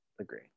Agree